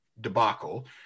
debacle